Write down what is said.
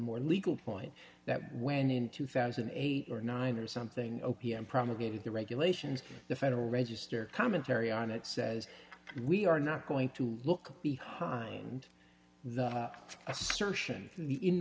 more legal point that when in two thousand and eight or nine or something o p m promulgated the regulations the federal register commentary on it says we are not going to look behind the